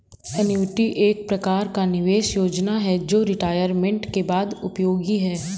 annuity एक प्रकार का निवेश योजना है जो रिटायरमेंट के बाद उपयोगी है